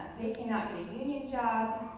they can not get a union job,